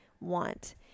want